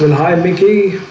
hi becky